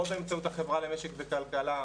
או באמצעות החברה למשק וכלכלה,